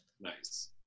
Nice